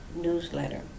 newsletter